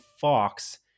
Fox